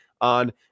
on